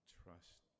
trust